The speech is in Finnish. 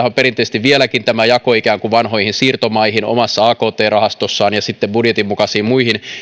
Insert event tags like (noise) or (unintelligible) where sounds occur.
(unintelligible) on perinteisesti vieläkin tämä jako ikään kuin vanhoihin siirtomaihin omassa akt rahastossaan ja sitten budjetin mukaisiin muihin